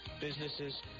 businesses